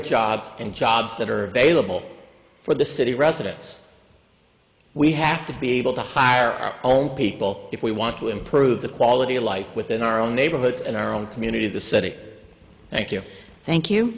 jobs and jobs that are available for the city residents we have to be able to hire our own people if we want to improve the quality of life within our own neighborhoods and our own community of the city thank you thank you